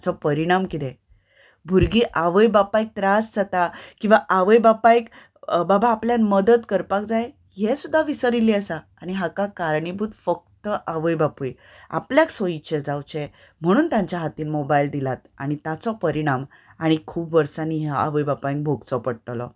हाचो परिणाम कितें भुरगीं आवय बापायक त्रास जाता किंवां आवय बापायक बाबा आपण्यान मदत करपाक जाय हें सुद्दां विसरिल्लीं आसता आनी हाका कारणीभूत फक्त आवय बापूय आपल्याक सोयीचे जावचें म्हणून तांच्या हातीन मोबायल दितात आनी ताचो परिणाम आनी खूब वर्सांनी ह्या आवय बापांयक भोगचो पडटलो